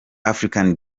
african